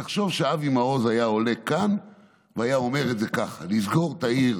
תחשוב שאבי מעוז היה עולה כאן והיה אומר את זה כך: נסגור את העיר